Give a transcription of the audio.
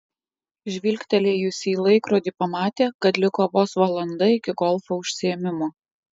žvilgtelėjusi į laikrodį pamatė kad liko vos valanda iki golfo užsiėmimo